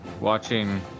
watching